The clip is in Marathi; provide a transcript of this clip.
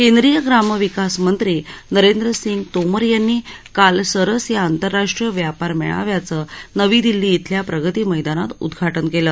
केंद्रीय ग्रामविकासमंत्री नरेंद्र सिंग तोमर यांनी काल सरस या आंतरराष्ट्रीय व्यापार मेळाव्याचं नवी दिल्ली इथल्या प्रगती मैदानात उद्धा न केलं